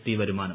T വരുമാനം